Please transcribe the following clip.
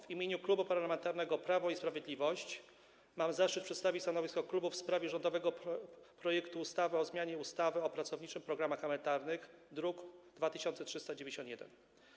W imieniu Klubu Parlamentarnego Prawo i Sprawiedliwość mam zaszczyt przedstawić stanowisko w sprawie rządowego projektu ustawy o zmianie ustawy o pracowniczych programach emerytalnych, druk nr 2391.